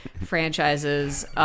franchises